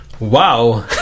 Wow